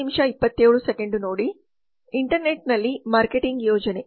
ಇಂಟರ್ನೆಟ್ನಲ್ಲಿ marketing Yojana